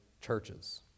churches